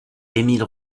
émile